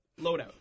loadout